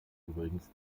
übrigens